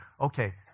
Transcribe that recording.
okay